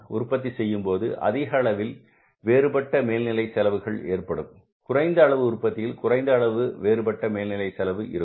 அதிக உற்பத்தி செய்யும் போது அதிக அளவில் வேறுபட்ட மேல்நிலை செலவு ஏற்படும் குறைந்த அளவு உற்பத்தியில் குறைந்த அளவு வேறுபட்ட மேல்நிலை செலவு இருக்கும்